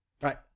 Right